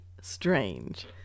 strange